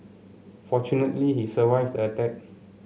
fortunately he survived the attack